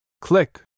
click